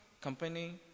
company